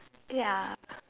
ya